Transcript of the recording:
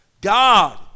God